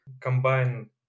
combine